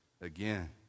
again